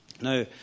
Now